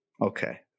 Okay